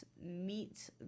meet